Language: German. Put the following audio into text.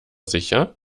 sicher